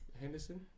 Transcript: Henderson